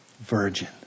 virgin